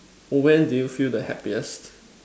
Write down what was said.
when do you feel the happiest